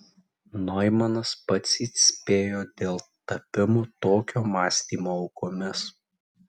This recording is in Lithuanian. noimanas pats įspėjo dėl tapimo tokio mąstymo aukomis